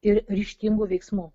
ir ryžtingų veiksmų